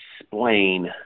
explain